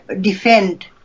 defend